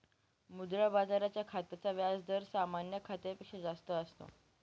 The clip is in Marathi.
मुद्रा बाजाराच्या खात्याचा व्याज दर सामान्य खात्यापेक्षा जास्त असतो